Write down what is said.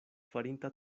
farinta